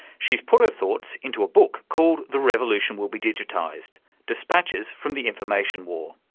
she's put her thoughts into a book called the revolution will be digitised dispatches from the information war.